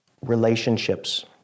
relationships